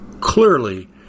clearly